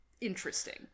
interesting